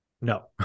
No